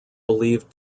believed